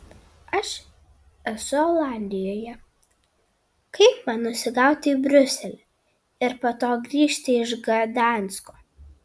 aš esu olandijoje kaip man nusigauti į briuselį ir po to grįžti iš gdansko